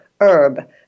herb